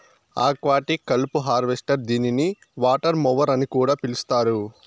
aquatic కలుపు harvester దీనిని water mower అని కూడా పిలుస్తారు